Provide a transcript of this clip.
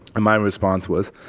and my response was,